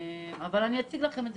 אבל אציג לכם.